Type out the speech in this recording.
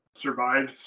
survives